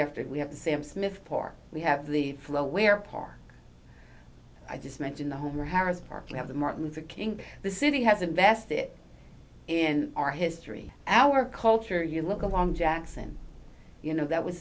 after we have a sam smith park we have the flow where par i just mention the homer harris park you have the martin luther king the city has invested in our history our culture you look along jackson you know that was